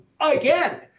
again